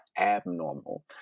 abnormal